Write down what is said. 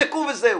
תשתקו וזהו.